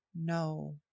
no